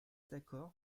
d’accord